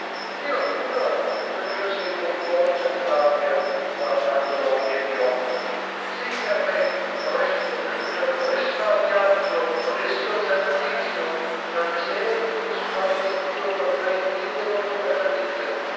io no soggiunse con forza flavia guardandolo negli occhi se per me avresti potuto risparmiartelo codesto sacrifizio la miseria più squallida io l'avrei mille volte preferita